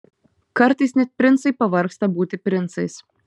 kartais net princai pavargsta būti princais